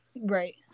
Right